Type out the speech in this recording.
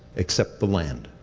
except the land.